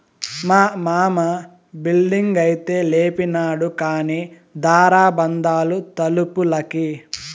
మా మామ బిల్డింగైతే లేపినాడు కానీ దార బందాలు తలుపులకి